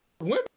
Women